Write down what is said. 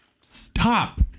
Stop